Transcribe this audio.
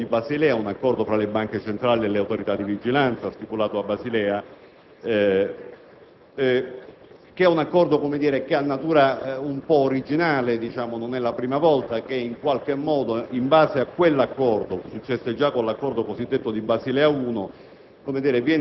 un accordo stipulato a Basilea tra le banche centrali e le autorità di vigilanza. Si tratta di un accordo che ha natura un po' originale; non è la prima volta che, in qualche modo, in base a quell'accordo - successe già con l'Accordo cosiddetto di Basilea 1